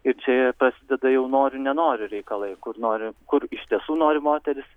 ir čia prasideda jau noriu nenoriu reikalai kur nori kur iš tiesų nori moterys